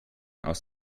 aus